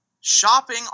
shopping